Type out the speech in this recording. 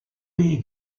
les